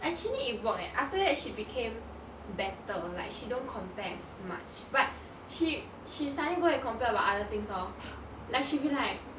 actually it worked eh after that she became better like she don't compare as much but she she suddenly go and compare about other things lor like she'll be like